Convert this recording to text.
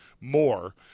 more